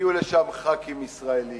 והגיעו לשם ח"כים ישראלים,